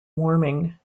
warming